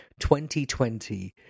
2020